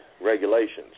regulations